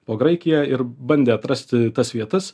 po graikiją ir bandė atrasti tas vietas